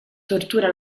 tortura